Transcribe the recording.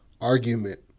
argument